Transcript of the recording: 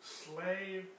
slave